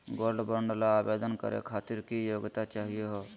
Gold bond ल आवेदन करे खातीर की योग्यता चाहियो हो?